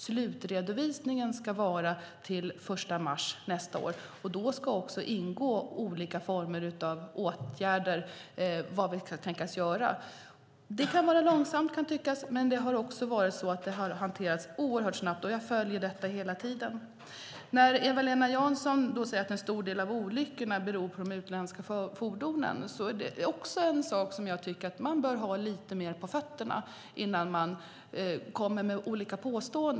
Slutredovisningen ska göras till den 1 mars nästa år, och då ska också ingå de olika åtgärder som vi kan tänkas vidta. Det kan tyckas vara långsamt, men det har hanterats oerhört snabbt. Jag följer detta hela tiden. Eva-Lena Jansson säger att en stor del av olyckorna beror på de utländska fordonen, men jag tycker att man bör ha lite mer på fötterna innan man kommer med olika påståenden.